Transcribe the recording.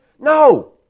No